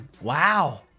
Wow